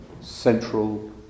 central